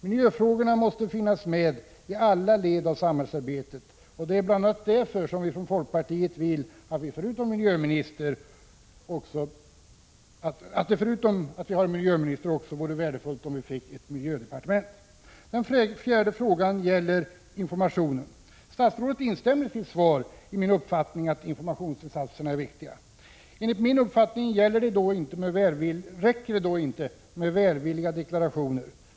Miljöfrågorna måste finnas med i alla led av samhällsarbetet, och det är bl.a. därför som vi i folkpartiet anser att det förutom det att vi har en miljöminister också vore värdefullt om vi fick ett miljödepartement. Den fjärde frågan gäller informationen. Statsrådet instämmer i sitt svar i min uppfattning att informationsinsatserna är viktiga. Enligt min uppfattning räcker det inte med välvilliga deklarationer.